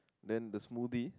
then the smoothie